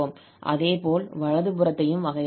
அதேபோல் வலது புறத்தையும் வகையிடலாம்